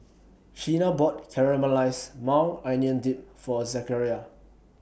Sheena bought Caramelized Maui Onion Dip For Zachariah